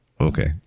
Okay